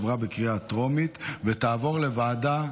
עברה בקריאה הטרומית ותעבור לוועדה,